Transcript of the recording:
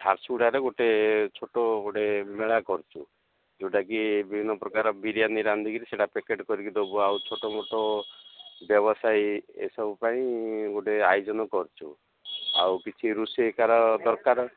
ଝାରସୁଡ଼ାରେ ଗୋଟେ ଛୋଟ ଗୋଟେ ମେଳା କରୁଛୁ ଯେଉଁଟାକି ବିଭିନ୍ନ ପ୍ରକାର ବିରିୟାନୀ ରାନ୍ଧିକିରି ସେଇଟା ପ୍ୟାକେଟ୍ କରିକି ଦେବୁ ଆଉ ଛୋଟମୋଟ ବ୍ୟବସାୟୀ ଏସବୁ ପାଇଁ ଗୋଟେ ଆୟୋଜନ କରୁଛୁ ଆଉ କିଛି ରୋଷେଇକାର ଦରକାର